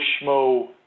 Schmo